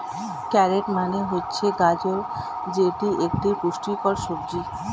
carrot মানে হচ্ছে গাজর যেটি একটি পুষ্টিকর সবজি